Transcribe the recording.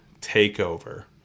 TAKEOVER